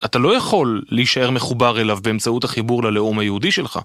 אתה לא יכול להישאר מחובר אליו באמצעות החיבור ללאום היהודי שלך.